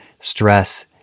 stress